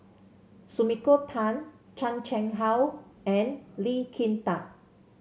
Sumiko Tan Chan Chang How and Lee Kin Tat